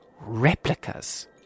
replicas